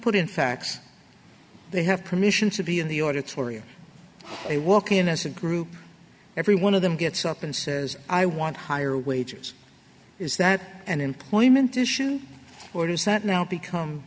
put in facts they have permission to be in the auditorium they walk in as a group every one of them gets up and says i want higher wages is that an employment issue orders that now become